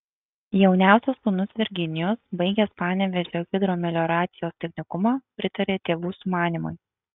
jauniausias sūnus virginijus baigęs panevėžio hidromelioracijos technikumą pritarė tėvų sumanymui